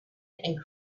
and